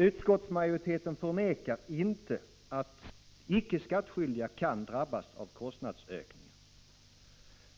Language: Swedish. Utskottsmajoriteten förnekar inte, att icke skattskyldiga kan drabbas av kostnadsökningar.